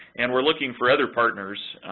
and we're looking for other partners,